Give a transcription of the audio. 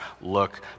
look